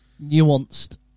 nuanced